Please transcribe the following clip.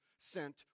sent